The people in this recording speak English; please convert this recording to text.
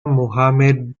mohamed